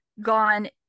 gone